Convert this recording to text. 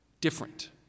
different